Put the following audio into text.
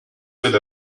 with